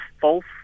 false